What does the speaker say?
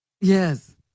Yes